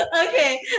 Okay